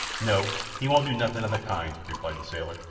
no, he won't do nothing of the kind, replied the sailor.